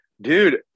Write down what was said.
dude